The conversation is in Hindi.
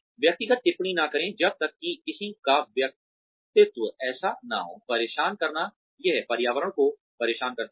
व्यक्तिगत टिप्पणी न करें जब तक कि किसी का व्यक्तित्व ऐसा न हो परेशान करना यह पर्यावरण को परेशान करता है